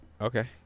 okay